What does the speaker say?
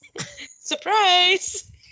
Surprise